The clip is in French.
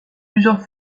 plusieurs